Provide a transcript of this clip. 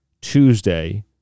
Tuesday